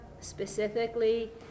specifically